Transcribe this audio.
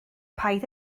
paid